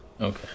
okay